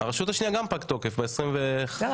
הרשות השנייה גם יפוג תוקף ב-25 בפברואר.